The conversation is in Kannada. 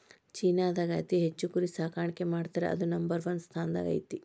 ಚೇನಾದಾಗ ಅತಿ ಹೆಚ್ಚ್ ಕುರಿ ಸಾಕಾಣಿಕೆ ಮಾಡ್ತಾರಾ ಅದು ನಂಬರ್ ಒನ್ ಸ್ಥಾನದಾಗ ಐತಿ